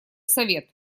совет